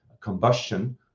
combustion